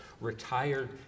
retired